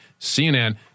CNN